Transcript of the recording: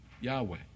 Yahweh